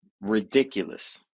Ridiculous